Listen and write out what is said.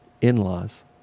in-laws